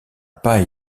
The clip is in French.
pas